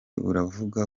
buravuga